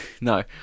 No